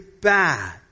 bad